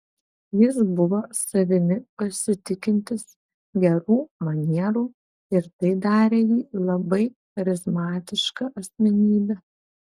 jis buvo savimi pasitikintis gerų manierų ir tai darė jį labai charizmatiška asmenybe